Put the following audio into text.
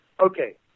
okay